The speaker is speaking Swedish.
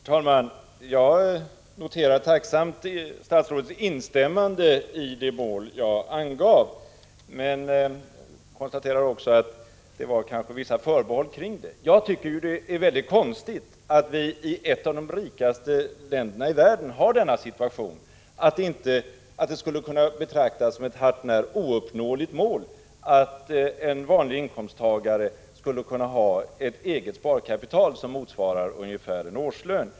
Herr talman! Jag noterar tacksamt statsrådets instämmande i det mål jag angav, samtidigt som jag dock konstaterar att statsrådet gjorde vissa förbehåll. Jag tycker att det är mycket konstigt att vi i ett av de rikaste länderna i världen har en sådan situation att det betraktas som ett hart när ouppnåeligt mål att en vanlig inkomsttagare skall kunna ha ett eget sparkapital som motsvarar ungefär en årslön.